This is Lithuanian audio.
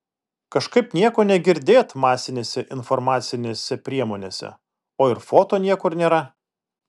kažkaip nieko negirdėt masinėse informacinėse priemonėse o ir foto niekur nėra